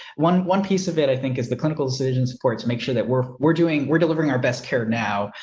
one, one, piece of it, i think, is the clinical decision support to make sure that we're we're doing. we're delivering our best care. now,